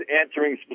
answering